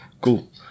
cool